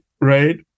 Right